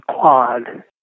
quad